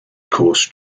course